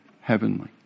heavenly